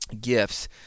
gifts